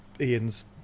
Ian's